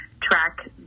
track